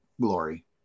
glory